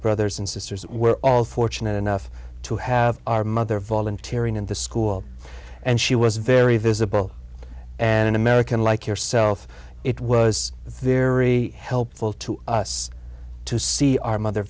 brothers and sisters we're all fortunate enough to have our mother volunteering in the school and she was very visible and an american like yourself it was very helpful to us to see our mother